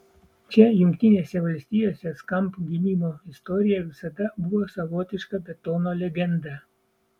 čia jungtinėse valstijose skamp gimimo istorija visada buvo savotiška betono legenda